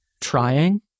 trying